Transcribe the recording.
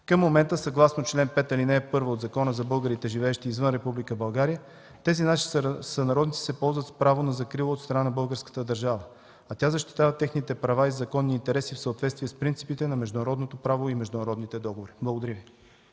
Към момента съгласно чл. 5, ал. 1 от Закона за българите, живеещи извън Република България, тези наши сънародници се ползват с право на закрила от страна на българската държава, а тя защитава техните права и законни интереси в съответствие с принципите на международното право и международните договори. Благодаря Ви.